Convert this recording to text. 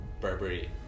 Burberry